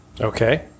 Okay